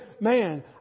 man